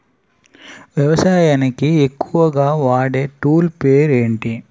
వ్యవసాయానికి ఎక్కువుగా వాడే టూల్ పేరు ఏంటి?